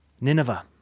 Nineveh